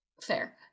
Fair